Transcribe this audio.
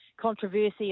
controversy